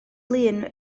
lŷn